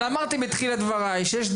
אמרתי --- אבל תהיה לך זכות